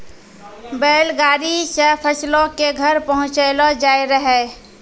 बैल गाड़ी से फसलो के घर पहुँचैलो जाय रहै